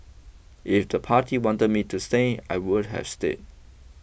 if the party wanted me to stay I would have stayed